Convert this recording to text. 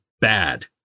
bad